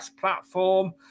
platform